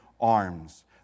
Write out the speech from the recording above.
arms